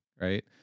right